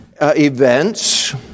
events